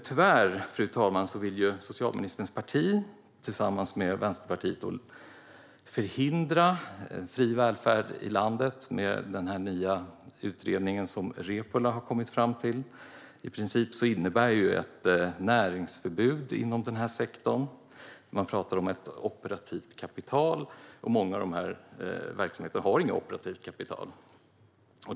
Tyvärr, fru talman, vill socialministerns parti tillsammans med Vänsterpartiet förhindra fri välfärd i landet med Reepalus nya utredning. I princip innebär detta ett näringsförbud inom sektorn. Man talar om ett operativt kapital, och många av dessa verksamheter har inget operativt kapital.